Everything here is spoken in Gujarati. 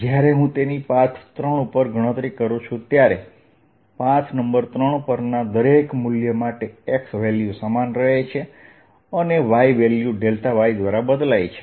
જ્યારે હું તેની પાથ 3 ઉપર ગણતરી કરું છું ત્યારે પાથ 3 પરના દરેક મૂલ્ય માટે x વેલ્યુ સમાન રહે છે અને y મૂલ્ય y દ્વારા બદલાય છે